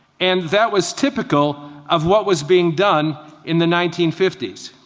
and that was typical of what was being done in the nineteen fifty s.